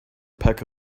peck